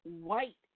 white